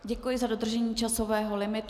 Děkuji za dodržení časového limitu.